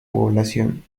población